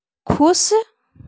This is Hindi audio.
खुश